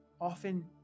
often